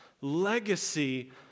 legacy